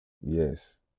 Yes